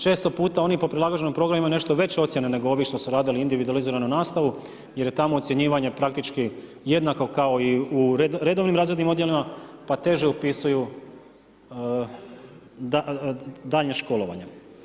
Često puta oni po prilagođenom programu imaju nešto veće ocjene nego ovi što su radili individualizirano nastavu jer je tamo ocjenjivanje praktički jednako kao i u redovnim razrednim odjelima pa teže upisuju daljnje školovanje.